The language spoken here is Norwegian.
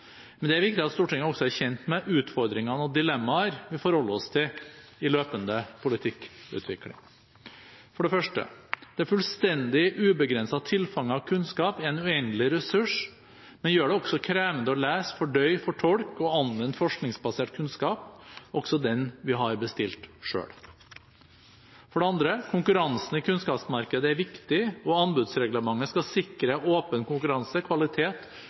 Men det er viktig at Stortinget også er kjent med utfordringer og dilemmaer vi forholder oss til i løpende politikkutvikling: For det første: Det fullstendig ubegrensede tilfanget av kunnskap er en uendelig ressurs, men gjør det også krevende å lese, fordøye, fortolke og anvende forskningsbasert kunnskap, også den vi har bestilt selv. For det andre: Konkurransen i kunnskapsmarkedet er viktig, og anbudsreglementet skal sikre åpen konkurranse, kvalitet